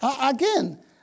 Again